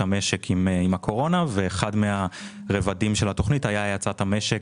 המשק עם הקורונה ואחד מהרבדים של התכנית היה האצת המשק